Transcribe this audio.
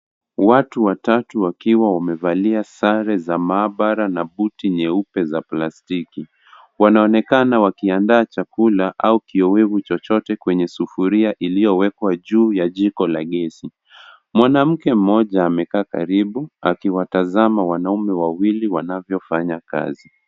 Watu watatu wakiwa wamevalia sare za maabara na buti nyeupe za plastiki wanaonekana wakiandaa chakula au kiowevu chochote kwenye sufuria iliyowekwa juu ya jiko la gesi. Mwanamke mmoja amekaa karibu akiwatazama wanaume wawili wanavyofanya kazi.